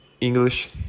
English